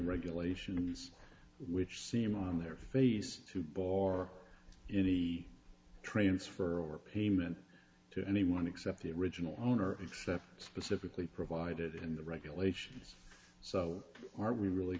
regulations which seem on their face tube or trains for overpayment to anyone except the original owner except specifically provided in the regulations so are we really